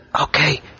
Okay